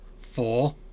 four